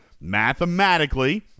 mathematically